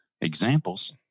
Examples